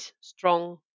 strong